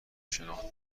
شناخته